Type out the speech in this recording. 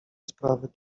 sprawy